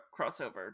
crossover